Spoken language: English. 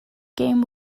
game